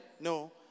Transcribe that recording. no